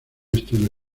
estudio